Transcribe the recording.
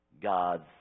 God's